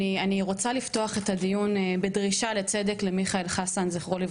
אני רוצה לפתוח את הדיון בדרישה לצדק למיכאל חסן ז"ל,